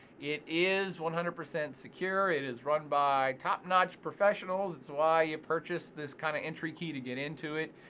it is one hundred percent secure. it is run by top notch professionals, it's why you purchase this kinda entry key to get into it.